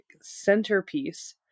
centerpiece